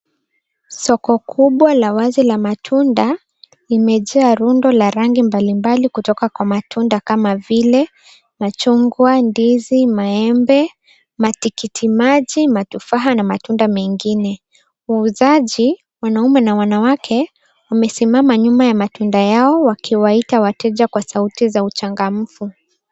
Soko kubwa la wazi la matunda limejaa rundo la rangi mbalimbali kutoka kwa matunda kama vile machungwa, ndizi, maembe, matikitimaji, matufaha na matunda mengine. Wauzaji, wanaume na wanawake wamesimama nyuma ya matunda yao wakiwaita wateja kwa sauti za uchangamfu.